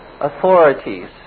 authorities